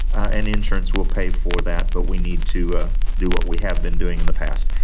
and insurance will pay for that, but we need to do what we have been doing in the past.